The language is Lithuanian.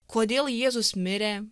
kodėl jėzus mirė